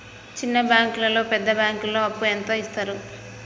చిన్న బ్యాంకులలో పెద్ద బ్యాంకులో అప్పు ఎంత ఎక్కువ యిత్తరు?